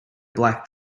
black